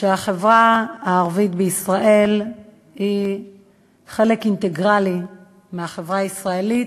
שהחברה הערבית בישראל היא חלק אינטגרלי של החברה הישראלית,